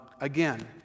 again